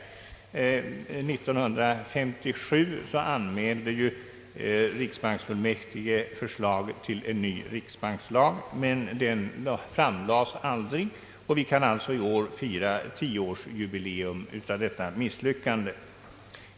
År 1957 anmälde ju riksbanksfullmäktige förslag till ny riksbankslag, men det framlades aldrig. Vi kan alltså i år fira tioårsjubileum av detta misslyckande.